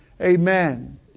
Amen